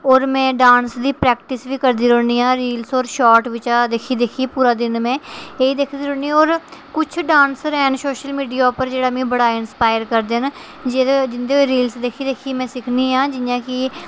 और मैं डांस दी प्रैक्टिस बी करदी रौह्नी आं रील्स और शार्ट्स बिच्चा दिक्खी दिक्खी पूरा देन में इ'यै दिखदी रौह्न्नी और किश डांसर हैन सोशल मीडिया उप्पर जेह्ड़ा मिगी बड़ा ज्यादा इंस्पायर करदे न जेह्दे जिं'दे रील्स दिक्खी दिक्खी मैं सिक्खनी आं जि'यां कि